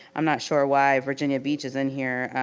i'm not sure why virginia beach isn't here,